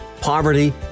poverty